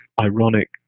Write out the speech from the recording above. ironic